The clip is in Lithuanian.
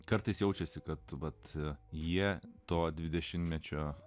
kartais jaučiasi kad jie to dvidešimtmečio